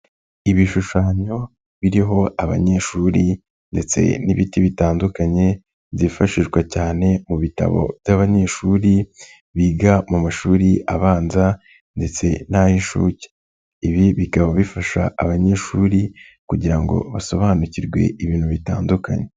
Ibishushanyo biriho abanyeshuri ndetse n'ibiti bitandukanye, byifashishwa cyane mu bitabo by'abanyeshuri biga mu mashuri abanza ndetse n'ay'inshuke, ibi bikaba bifasha abanyeshuri kugira ngo basobanukirwe ibintu bitandukanye.